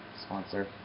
sponsor